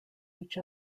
each